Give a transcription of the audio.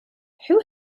who